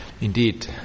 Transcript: indeed